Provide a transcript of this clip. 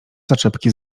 zaczepki